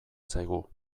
zaigu